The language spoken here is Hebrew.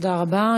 תודה רבה.